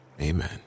amen